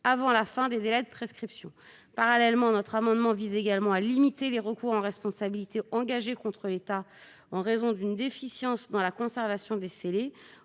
avant la fin des délais de prescription. Notre amendement vise également à limiter les recours en responsabilité engagés contre l'État en raison d'un défaut de conservation des scellés.